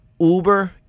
uber